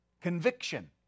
conviction